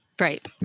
Right